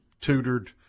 tutored